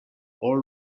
all